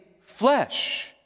flesh